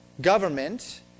government